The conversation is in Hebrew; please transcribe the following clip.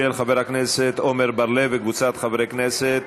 של חבר הכנסת עמר בר-לב וקבוצת חברי הכנסת.